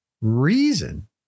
Reason